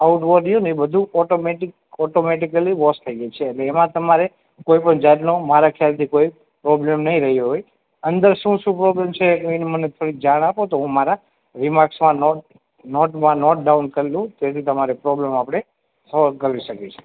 આઉટમાં રહ્યું ને એ બધું ઓટોમેટિક ઓટોમેટીકલી વૉશ થઇ જશે એમાં તમારે કોઇ પણ જાતનો મારા ખ્યાલથી કોઈ પ્રોબ્લમ નહીં રહ્યો હોય અંદર શું શું પ્રોબ્લમ છે એની મને થોડીક જાણ આપો તો હું મારા રીમાર્ક્સમાં નોટમાં નોટડાઉન કરી લઉં તેથી તમારી પ્રોબ્લમ આપણે સોલ્વ કરી શકીએ